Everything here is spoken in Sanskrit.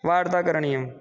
वार्ता करणीयं